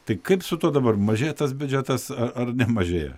tai kaip su tuo dabar mažėja tas biudžetas ar nemažėja